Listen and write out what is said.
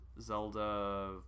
Zelda